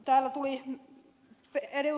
täällä tuli ed